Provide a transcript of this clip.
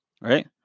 Right